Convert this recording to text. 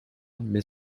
mais